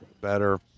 better